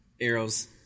Arrows